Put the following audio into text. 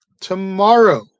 tomorrow